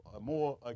more